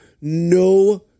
no